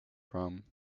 from